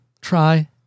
Try